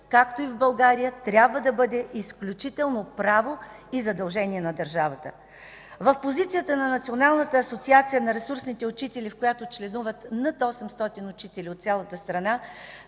както и в България, трябва да бъде изключително право и задължение на държавата. В позицията на Националната асоциация на ресурсните учители, в която членуват над 800 учители от цялата страна,